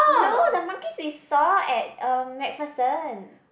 no the monkeys we saw at uh MacPherson